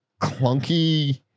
clunky